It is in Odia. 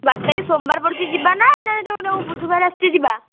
ବାର ତାରିଖ ସୋମବାର ପଡ଼ୁଛି ଯିବା ନା ଏଇ ଯେଉଁ ବୁଧବାର ଆସୁଛି ଯିବା